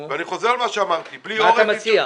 מה אתה מציע?